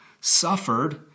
suffered